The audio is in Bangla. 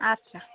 আচ্ছা